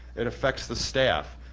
it affects the staff.